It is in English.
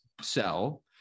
sell